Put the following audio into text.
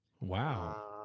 Wow